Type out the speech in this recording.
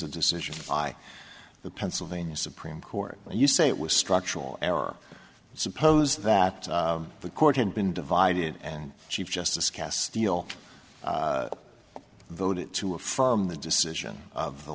a decision by the pennsylvania supreme court and you say it was structural error suppose that the court had been divided and chief justice castillo voted to affirm the decision of the